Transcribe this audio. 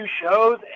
shows